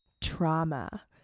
Trauma